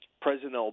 President